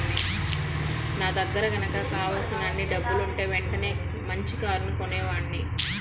నా దగ్గర గనక కావలసినన్ని డబ్బులుంటే వెంటనే మంచి కారు కొనేవాడ్ని